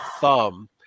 thumb